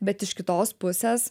bet iš kitos pusės